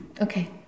Okay